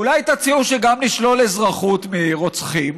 אולי תציעו שגם נשלול אזרחות מרוצחים?